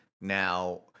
now